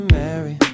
marry